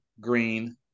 Green